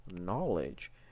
knowledge